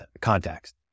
context